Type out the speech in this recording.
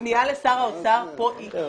הפנייה לשר האוצר כאן היא קריטית,